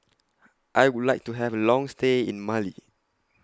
I Would like to Have A Long stay in Mali